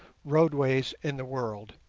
roadways in the world.